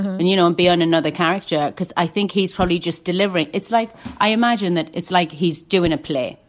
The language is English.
and, you know, and be on another character because i think he's probably just delivering. it's like i imagine that it's like he's doing a play